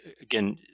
again